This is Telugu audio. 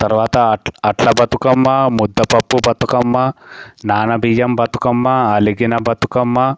తరువాత అట్ అట్ల బతుకమ్మ ముద్ద పప్పు బతుకమ్మ నాన బియ్యం బతుకమ్మ అలిగిన బతుకమ్మ